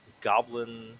Goblin